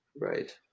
right